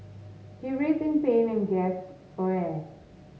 he writhed in pain and gasped for air